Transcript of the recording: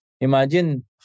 imagine